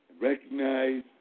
Recognize